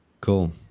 Cool